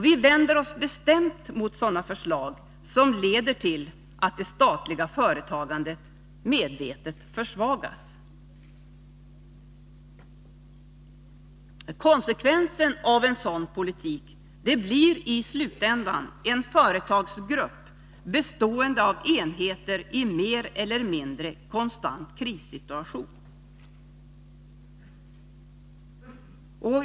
Vi vänder oss bestämt mot sådana förslag som leder till att det statliga företagandet medvetet försvagas. Konsekvensen av en sådan politik blir i slutändan en företagsgrupp bestående av enheter i mer eller mindre konstant krissituation.